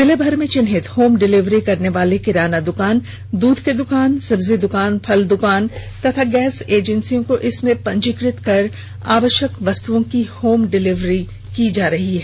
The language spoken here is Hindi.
जिले भर में चिन्हित होम डिलीवरी करने वाले किराना दुकान दूध के दुकान सब्जी दुकान फल दुकान तथा गैस एजेंसियों को इसमें पंजीकृत कर आवश्यक वस्तुओं की होम डिलीवरी की जा रही है